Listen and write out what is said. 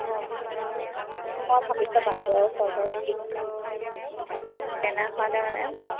অঁ মই ভাবিছো বাইদেউৰ ওচৰত আৰু তেনেহ'লে মানে